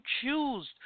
choose